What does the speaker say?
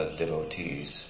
devotees